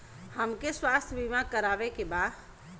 हमके स्वास्थ्य बीमा करावे के बा?